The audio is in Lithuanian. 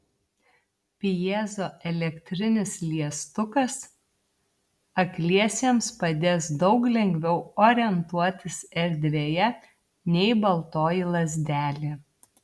pjezoelektrinis liestukas akliesiems padės daug lengviau orientuotis erdvėje nei baltoji lazdelė